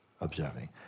observing